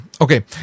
Okay